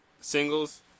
singles